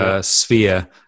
sphere